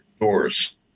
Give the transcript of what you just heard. doors